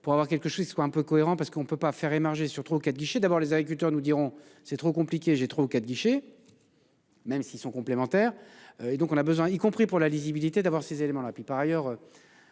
pour avoir quelque chose, soit un peu cohérent parce qu'on ne peut pas faire émarger sur 3 ou 4 guichets d'abord les agriculteurs nous diront c'est trop compliqué. J'ai trois ou quatre guichets. Même s'ils sont complémentaires. Et donc on a besoin, y compris pour la lisibilité d'avoir ces éléments-là